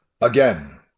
again